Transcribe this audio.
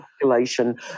population